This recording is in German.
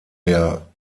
der